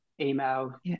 email